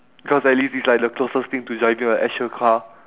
cause at least it's like the closest thing to driving a actual car